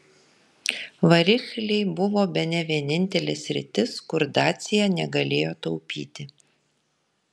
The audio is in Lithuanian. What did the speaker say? varikliai buvo bene vienintelė sritis kur dacia negalėjo taupyti